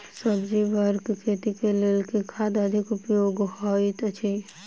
सब्जीसभ केँ खेती केँ लेल केँ खाद अधिक उपयोगी हएत अछि?